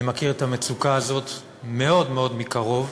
אני מכיר את המצוקה הזאת מאוד מאוד מקרוב.